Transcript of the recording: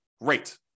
great